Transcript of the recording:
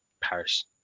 Paris